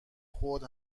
خود